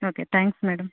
okay thanks madam